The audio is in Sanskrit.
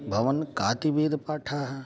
भवान् कति वेदपाठान्